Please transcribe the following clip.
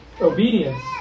Obedience